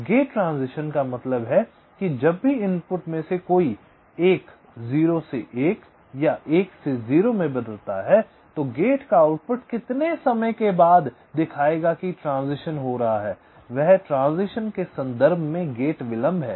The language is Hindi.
गेट ट्रांज़िशन का मतलब है कि जब भी इनपुट में से कोई एक 0 से 1 या 1 से 0 में बदलता है तो गेट का आउटपुट कितने समय के बाद दिखाएगा कि ट्रांज़िशन हो रहा है वह ट्रांज़िशन के संदर्भ में गेट विलंब है